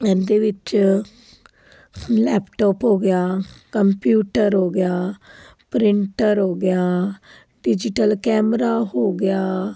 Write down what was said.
ਇਹਦੇ ਵਿੱਚ ਲੈਪਟੋਪ ਹੋ ਗਿਆ ਕੰਪਿਊਟਰ ਹੋ ਗਿਆ ਪ੍ਰਿੰਟਰ ਹੋ ਗਿਆ ਡਿਜੀਟਲ ਕੈਮਰਾ ਹੋ ਗਿਆ